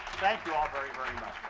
thank you all very, very